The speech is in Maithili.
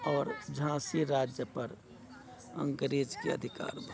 आओर झाँसी राज्य पर अंग्रेजके अधिकार भए